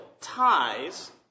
ties